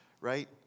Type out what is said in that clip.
right